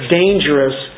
dangerous